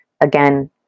again